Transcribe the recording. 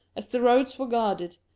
as the roads were guarded,